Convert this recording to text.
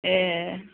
ए